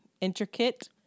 intricate